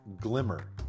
glimmer